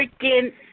freaking